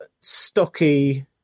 stocky